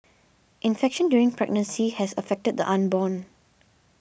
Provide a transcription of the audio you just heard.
infection during pregnancy has affected the unborn